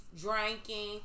drinking